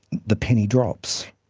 the penny drops.